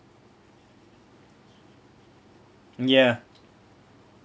ya